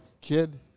kid